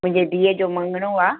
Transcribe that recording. मुंहिंजे धीअ जो मंङणो आहे